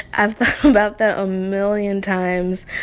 i've thought about that a million times.